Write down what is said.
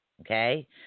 okay